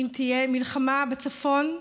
אם תהיה מלחמה בצפון,